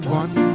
one